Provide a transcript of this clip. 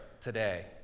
today